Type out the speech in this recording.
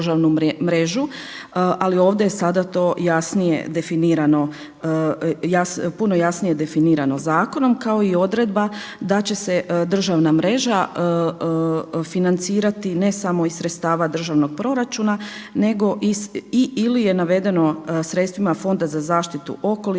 jasnije definirano, puno jasnije definirano zakonom kao i odredba da će se državna mreža financirati ne samo iz sredstava državnog proračuna nego i ili je navedeno sredstvima Fonda za zaštitu okoliša